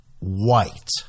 white